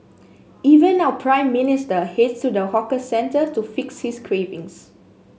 even our Prime Minister heads to the hawker centre to fix his cravings